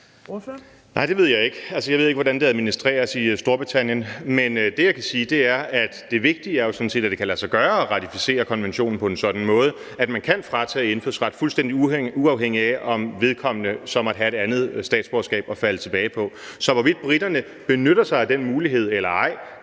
(DF): Det ved jeg ikke. Jeg ved ikke, hvordan det administreres i Storbritannien. Men det, jeg kan sige, er, at det vigtige jo sådan set er, at det kan lade sig gøre at ratificere konventionen på en sådan måde, at man kan fratage indfødsret, fuldstændig uafhængigt af om vedkommende så måtte have et andet statsborgerskab at falde tilbage på. Så hvorvidt briterne benytter sig af den mulighed eller ej,